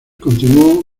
continuó